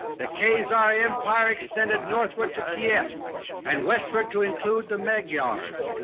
the khazar empire extended northward to kiev and westward to include the magyars,